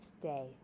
day